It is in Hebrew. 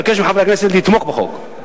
אני מבקש מחברי הכנסת לתמוך בחוק.